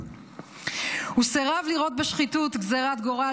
הוא סירב לראות בשחיתות גזירת גורל,